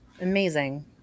Amazing